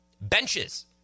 benches